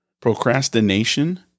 procrastination